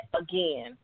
again